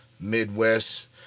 Midwest